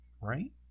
right